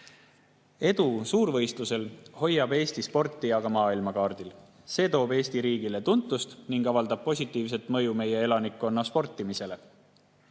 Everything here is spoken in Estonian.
Edu suurvõistlusel hoiab Eesti sporti maailmakaardil, see toob Eesti riigile tuntust ning avaldab positiivset mõju meie elanikkonna sportimisele.